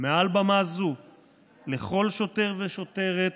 מעל במה זו לכל שוטר ושוטרת